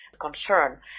Concern